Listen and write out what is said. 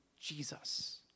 Jesus